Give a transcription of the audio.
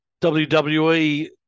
WWE